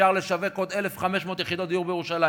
אפשר לשווק עוד 1,500 יחידות בירושלים,